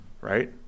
Right